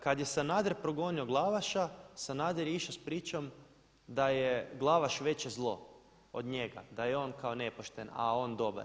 Kad je Sanader progonio Glavaša Sanader je išao sa pričom da je Glavaš veće zlo od njega, da je on kao nepošten, a on dobar.